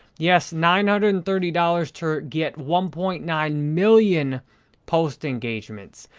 yes, nine hundred and thirty dollars to get one point nine million post engagements.